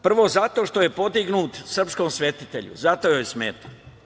Prvo zato što je podignut srpskom svetitelju, zato joj smeta.